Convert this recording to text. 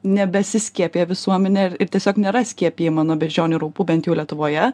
nebesiskiepija visuomenė ir tiesiog nėra skiepijama nuo beždžionių raupų bent jau lietuvoje